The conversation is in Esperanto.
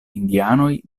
indianoj